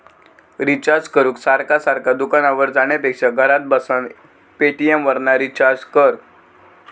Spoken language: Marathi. रिचार्ज करूक सारखा सारखा दुकानार जाण्यापेक्षा घरात बसान पेटीएमवरना रिचार्ज कर